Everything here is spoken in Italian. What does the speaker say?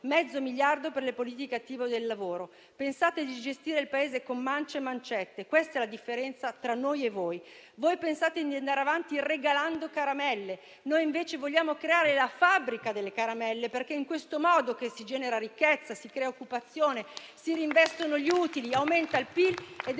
mezzo miliardo di euro per le politiche attive del lavoro. Pensate di gestire il Paese con mance e mancette: questa è la differenza tra noi e voi. Voi pensate di andare avanti regalando caramelle: noi invece vogliamo creare la fabbrica delle caramelle, perché in questo modo si genera ricchezza, si crea occupazione, si reinvestono gli utili, aumenta il PIL ed